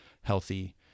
healthy